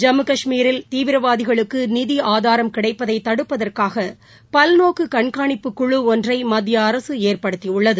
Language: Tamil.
ஜம்மு கஷ்மீரில் தீவிரவாதிகளுக்கு நிதி ஆதாரம் கிடைப்பதை தடுப்பதற்காக பல்நோக்கு கண்காணிப்புக்குழு ஒன்றை மத்திய அரசு ஏற்படுத்தியுள்ளது